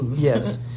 Yes